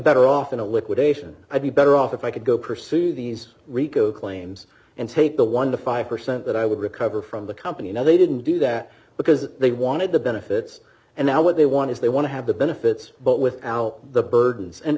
better off in a liquidation i'd be better off if i could go pursue these rico claims and take the one to five percent that i would recover from the company now they didn't do that because they wanted the benefits and now what they want is they want to have the benefits but without the burdens and